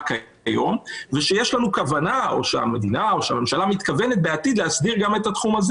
היום ושהמדינה או הממשלה מתכוונת בעתיד להסדיר גם את התחום הזה.